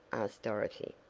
asked dorothy.